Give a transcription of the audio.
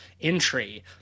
entry